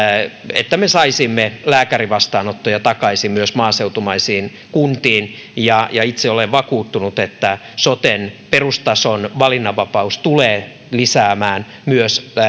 että me saisimme lääkärivastaanottoja takaisin myös maaseutumaisiin kuntiin itse olen vakuuttunut että soten perustason valinnanvapaus tulee lisäämään myös